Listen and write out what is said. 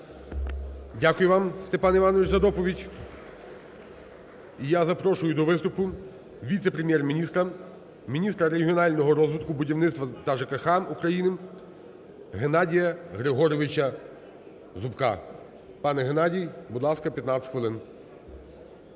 Дякую вам, Степан Іванович, за доповідь. І я запрошую до виступу віце-прем'єр-міністра, міністра регіонального розвитку, будівництва та ЖКГ України Геннадія Григоровича Зубка. Пане Геннадій, будь ласка, 15 хвилин.